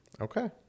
Okay